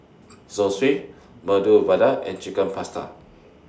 Zosui Medu Vada and Chicken Pasta